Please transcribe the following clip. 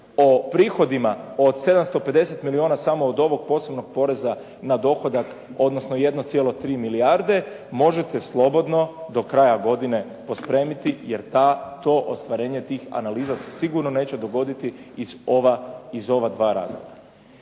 o prihodima od 750 milijuna samo od ovog posebnog poreza na dohodak, odnosno 1,3 milijarde možete slobodno do kraja godine pospremiti, jer to ostvarenje tih analiza se sigurno neće dogoditi iz ova dva razloga.